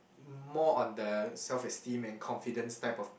more on the self esteem and confidence type of